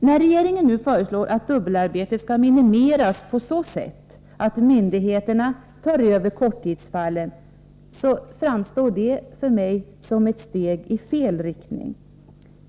När regeringen nu föreslår att dubbelarbete skall minimeras på så sätt att myndigheterna tar över korttidsfallen, framstår det för mig som ett steg i fel riktning.